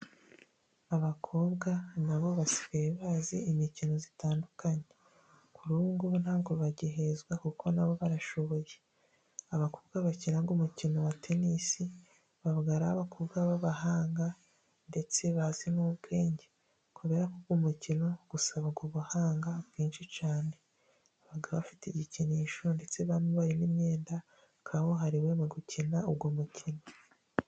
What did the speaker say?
Abakobwa nabo basigaye bazi imikino itandukanye kuri ubu ngubu ntabwo bagihezwa kuko nabo barashoboye. Abakobwa bakina umukino wa tenisi baba ari abakobwa b'abahanga ndetse bazi n'ubwenge kubera ko uwo mukino usaba ubuhanga bwinshi cyane, baba bafite igikinisho ndetse bambaye n'imyenda kabuhariwe mu gukina uwo mukino.